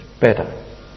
better